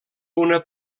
una